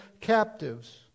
captives